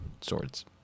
swords